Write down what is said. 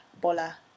Bola